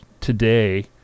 today